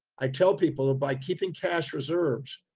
i tell people by keeping cash reserves,